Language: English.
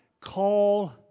call